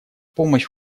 помощь